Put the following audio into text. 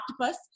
octopus